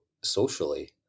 socially